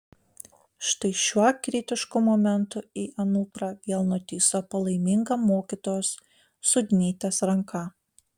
štai šiuo kritišku momentu į anuprą vėl nutįso palaiminga mokytojos sudnytės ranka